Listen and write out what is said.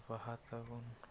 ᱤᱱᱟᱹ ᱯᱚᱨᱮ ᱵᱟᱦᱟ ᱛᱟᱵᱚᱱ